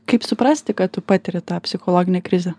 kaip suprasti kad tu patiri tą psichologinę krizę